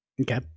okay